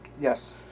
Yes